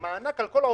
על הדיון הזה.